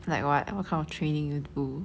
like what what kind of training you do